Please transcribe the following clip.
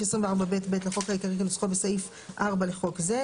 24ב(ב) לחוק העיקרי כנוסחו בסעיף 4 לחוק זה.